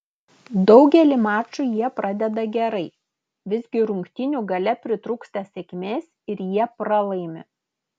daugelį mačų jie pradeda gerai visgi rungtynių gale pritrūksta sėkmės ir jie pralaimi